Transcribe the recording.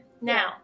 Now